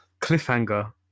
cliffhanger